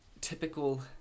typical